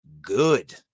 Good